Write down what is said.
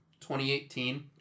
2018